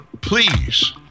Please